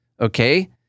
Okay